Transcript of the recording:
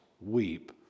weep